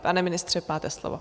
Pane ministře, máte slovo.